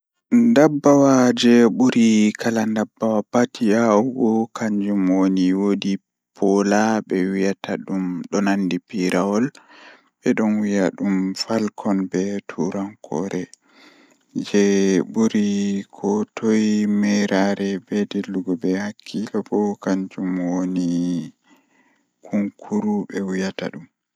ayuu naanaa ɗum colleel baaa ngam kaanjuum walaa fiira. Walaaboo hunde piroo jiiin nden walaa koo nandiniiɗum beee lenyool e geer tooɗe mallaa choolii.